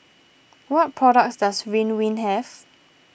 what products does Ridwind have